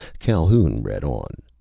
calhoun read on.